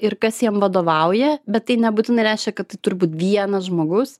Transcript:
ir kas jiem vadovauja bet tai nebūtinai reiškia kad turbūt vienas žmogus